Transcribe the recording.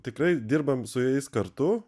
tikrai dirbam su jais kartu